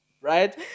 Right